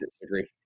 disagree